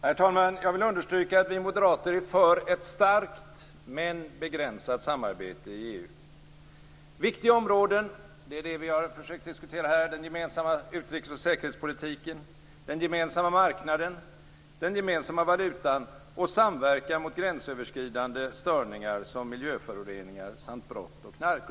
Herr talman! Jag vill understryka att vi moderater är för ett starkt men begränsat samarbete i EU. Viktiga områden är det vi har försökt diskutera här - den gemensamma utrikes och säkerhetspolitiken, den gemensamma marknaden, den gemensamma valutan och samverkan mot gränsöverskridande störningar som miljöföroreningar samt brott och knark.